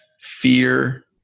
Fear